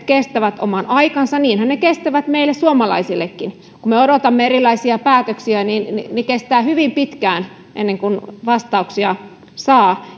kestävät oman aikansa niinhän ne kestävät meille suomalaisillekin kun me odotamme erilaisia päätöksiä niin niin kestää hyvin pitkään ennen kuin vastauksia saa